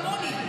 כמוך כמוני.